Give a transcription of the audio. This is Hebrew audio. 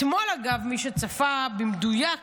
אתמול, אגב, מי שצפה במדויק